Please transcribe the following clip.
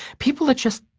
people are just,